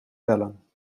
bellen